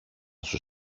σου